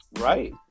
Right